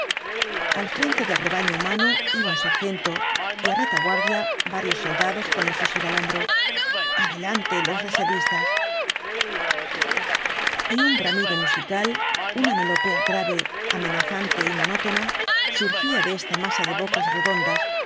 al fi'ente del rebañe humano iba un sargento y á retaguardia varios soldados con el fusil al hombro adelante los reservistas t un bramido musical una melopea grave amenazante y monótona surgía de esta masa de bocas redondas